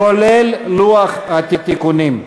כולל לוח התיקונים.